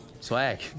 Swag